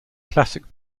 classical